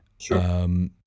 Sure